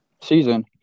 season